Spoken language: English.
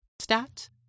stat